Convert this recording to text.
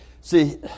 See